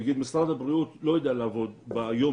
נגיד משרד הבריאות לא יודע לעבוד ביום